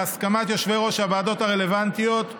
בהסכמת יושבי-ראש הוועדות הרלוונטיות,